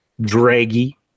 draggy